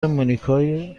مونیکای